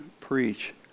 preach